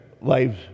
lives